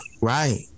right